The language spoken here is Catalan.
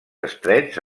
estrets